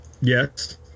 Yes